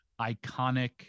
iconic